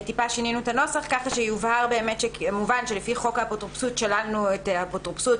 שינינו את הנוסח ככה שמובן שלפי חוק האפוטרופסות שללנו את האפוטרופסות